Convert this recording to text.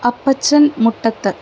അപ്പച്ചൻ മുട്ടത്ത്